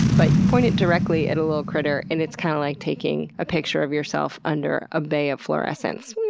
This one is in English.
but point it directly at a little critter and it's kind of like taking a picture of yourself under a bay of fluorescents.